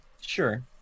Sure